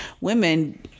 women